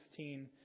2016